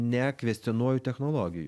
nekvestionuoju technologijų